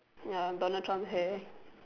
ya Donald Trump hair